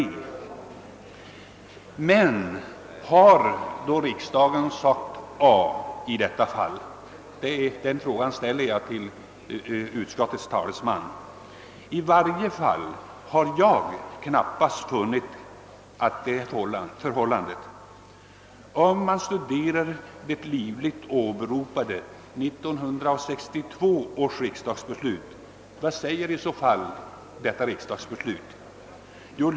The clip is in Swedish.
Men jag frågar utskottets talesman: Har då riksdagen sagt A i detta fall? I alla händelser har inte jag funnit att så är förhållandet. Vad innebär det livligt åberopade riksdagsbeslutet 1962?